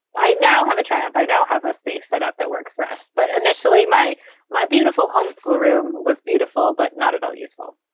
i now have a triumph. i now have a space set up that works for us. but initially my my beautiful home school room was beautiful, but not at all useful.